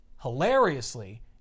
Hilariously